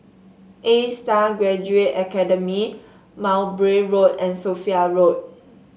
A Star Graduate Academy Mowbray Road and Sophia Road